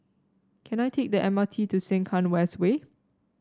can I take the M R T to Sengkang West Way